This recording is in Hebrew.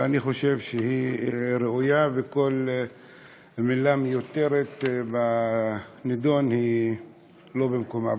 ואני חושב שהיא ראויה וכל מילה מיותרת בנדון היא לא במקומה.